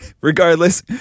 Regardless